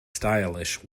stylish